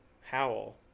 Howl